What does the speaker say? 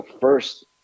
first